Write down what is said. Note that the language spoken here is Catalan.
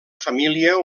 família